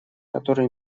который